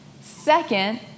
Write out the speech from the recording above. Second